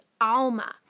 Alma